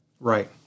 Right